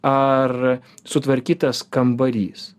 ar sutvarkytas kambarys